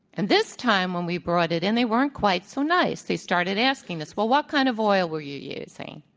and this time when we brought it in, they weren't quite so nice. they started asking us, well, what kind of oil were you using?